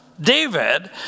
David